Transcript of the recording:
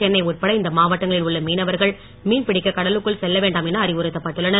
சென்னை உட்பட இந்த மாவட்டங்களில் உள்ள மீனவர்கள் மீன் பிடிக்க கடலுக்குள் செல்ல வேண்டாம் என அறிவுறுத்தப்பட்டுள்ளனர்